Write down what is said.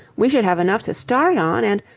we should have enough to start on, and.